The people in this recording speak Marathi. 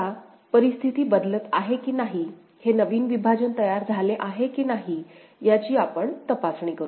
आता परिस्थिती बदलत आहे की नाही हे नवीन विभाजन तयार झाले आहे की नाही याची आपण तपासणी करू